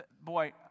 boy